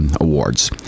Awards